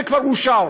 זה כבר אושר.